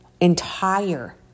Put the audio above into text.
entire